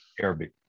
Arabic